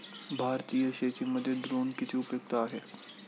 भारतीय शेतीमध्ये ड्रोन किती उपयुक्त आहेत?